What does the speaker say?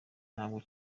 ntabwo